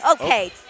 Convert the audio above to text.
Okay